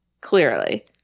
clearly